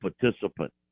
participant